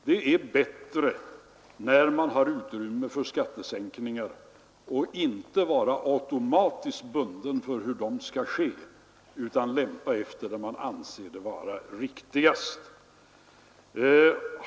Det är bättre när man har utrymme för skattesänkningar att inte vara automatiskt bunden för hur de skall ske utan lämpa efter det man anser vara riktigast.